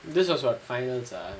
this was what finals ah